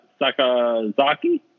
Sakazaki